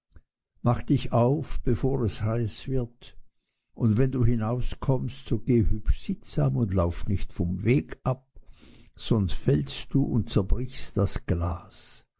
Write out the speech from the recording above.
mach dich auf bevor es heiß wird und wenn du hinauskommst so geh hübsch sittsam und lauf nicht vom weg ab sonst fällst du und zerbrichst das glas